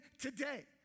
today